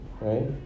right